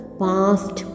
past